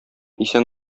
исән